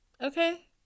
Okay